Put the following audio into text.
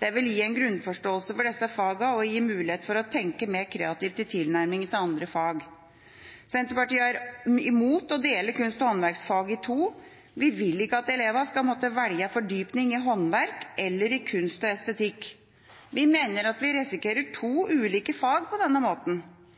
Det vil gi en grunnforståelse for disse fagene og gi mulighet til å tenke mer kreativt i tilnærmingen til andre fag. Senterpartiet er imot å dele kunst- og håndverksfaget i to. Vi vil ikke at elevene skal måtte velge fordypning i håndverk eller i kunst og estetikk. Vi mener at vi risikerer to ulike fag på denne måten: